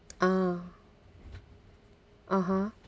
uh (uh huh)